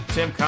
Tim